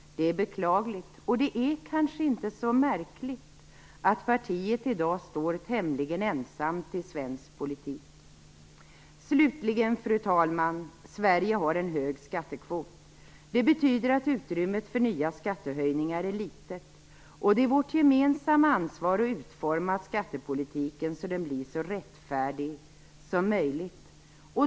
Det är beklagligt. Det är kanske inte så märkligt att partiet i dag står tämligen ensamt i svensk politik. Fru talman! Sverige har en hög skattekvot. Det betyder att utrymmet för nya skattehöjningar är litet. Det är vårt gemensamma ansvar att utforma skattepolitiken så att den blir så rättfärdig som möjligt.